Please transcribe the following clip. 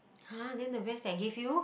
!huh! then the rest that I gave you